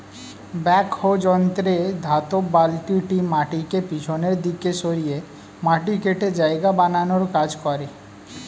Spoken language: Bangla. ব্যাকহো যন্ত্রে ধাতব বালতিটি মাটিকে পিছনের দিকে সরিয়ে মাটি কেটে জায়গা বানানোর কাজ করে